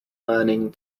learning